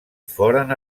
foren